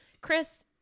Chris